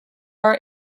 are